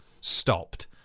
stopped